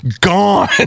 gone